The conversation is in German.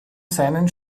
seinen